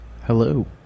Hello